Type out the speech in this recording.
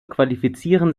qualifizieren